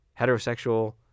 heterosexual